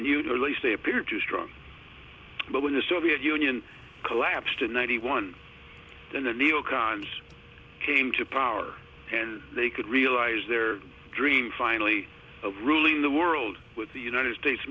union or least they appear too strong but when the soviet union collapsed in ninety one then the neo cons came to power and they could realize their dream finally of ruling the world with the united states